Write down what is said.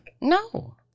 No